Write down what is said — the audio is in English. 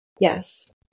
Yes